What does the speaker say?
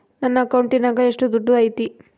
ನನ್ನ ಅಕೌಂಟಿನಾಗ ಎಷ್ಟು ದುಡ್ಡು ಐತಿ?